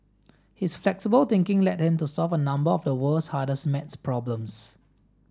his flexible thinking led him to solve a number of the world's hardest math problems